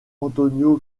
antonio